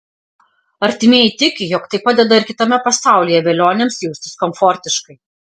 artimieji tiki jog tai padeda ir kitame pasaulyje velioniams jaustis komfortiškai